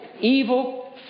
Evil